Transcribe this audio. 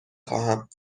خواهم